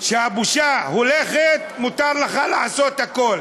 כשהבושה הולכת, מותר לך לעשות הכול.